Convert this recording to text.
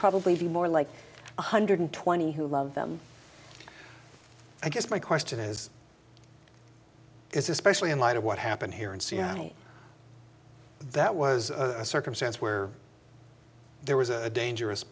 probably be more like one hundred twenty who love them i guess my question is is especially in light of what happened here in seattle that was a circumstance where there was a dangerous